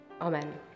Amen